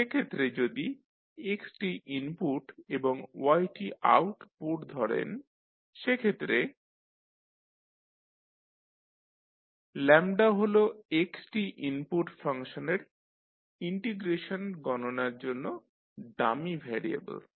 সেক্ষেত্রে যদি x input এবং y আউটপুট ধরেন সেক্ষেত্রে yty00txdλ হল x ইনপুট ফাংশনের ইন্টিগ্রেশন গণনার জন্য ডামি ভ্যারিয়েবল